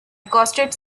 accosted